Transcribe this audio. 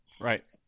Right